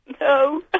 No